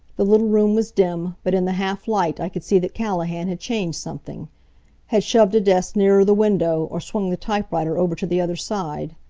the little room was dim, but in the half-light i could see that callahan had changed something had shoved a desk nearer the window, or swung the typewriter over to the other side.